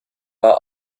war